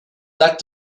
that